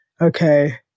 okay